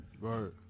Right